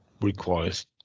requires